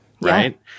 right